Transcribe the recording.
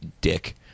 dick